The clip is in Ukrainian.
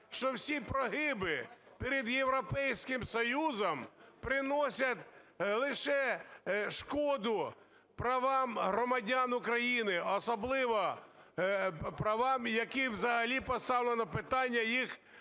що всі прогиби перед Європейським Союзом приносять лише шкоду правам громадян України, особливо правам, які взагалі поставлено питання їх